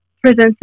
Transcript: presents